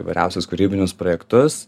įvairiausius kūrybinius projektus